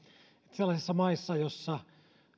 sellaisissa maissa joissa